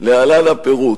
להלן הפירוט: